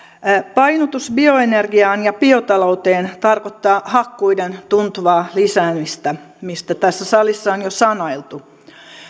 painotus bioenergiaan ja biotalouteen tarkoittaa hakkuiden tuntuvaa lisäämistä mistä tässä salissa on jo sanailtu